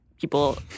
people